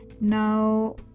now